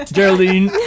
Geraldine